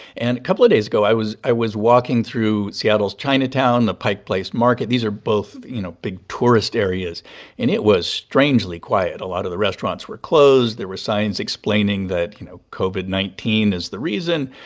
and a couple of days ago, i was i was walking through seattle's chinatown, the pike place market these are both, you know, big tourist areas and it was strangely quiet. a lot of the restaurants were closed. there were signs explaining that, you know, covid nineteen is the reason.